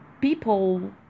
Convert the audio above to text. people